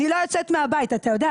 אני לא יוצאת מהבית, אתה יודע?